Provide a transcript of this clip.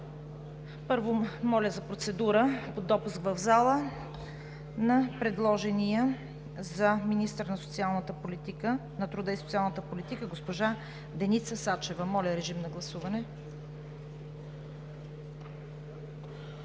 Първо, моля за процедура по допуск в залата на предложената за министър на труда и социалната политика госпожа Деница Сачева. Гласували